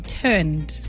turned